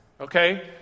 okay